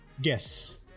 Guess